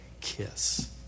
kiss